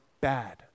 bad